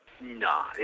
nah